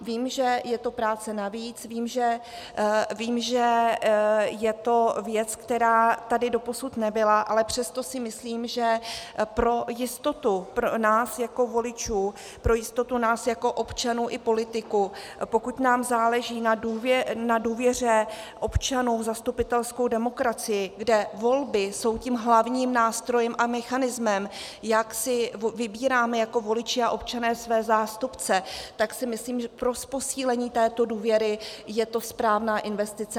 Vím, že je to práce navíc, vím, že je to věc, která tady doposud nebyla, ale přesto si myslím, že pro jistotu nás jako voličů, pro jistotu nás jako občanů i politiků, pokud nám záleží na důvěře občanů v zastupitelskou demokracii, kde volby jsou tím hlavním nástrojem a mechanismem, jak si vybíráme jako voliči a občané své zástupce, tak si myslím, že pro posílení této důvěry je to správná investice.